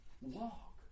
Walk